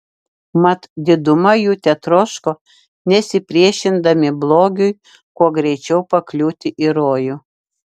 mat diduma jų tetroško nesipriešindami blogiui kuo greičiau pakliūti į rojų